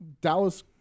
Dallas